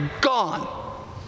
gone